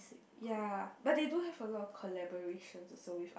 ya but they do have a lot of collaborations also with